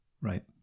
Right